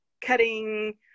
cutting